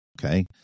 Okay